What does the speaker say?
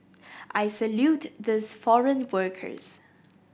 I salute these foreign workers